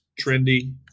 trendy